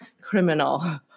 criminal